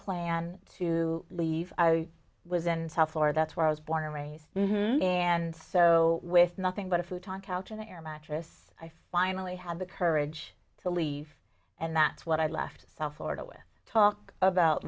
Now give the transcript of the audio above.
plan to leave i was in south florida where i was born and raised and so with nothing but a futon couch and an air mattress i finally had the courage to leave and that's what i left south florida with talk about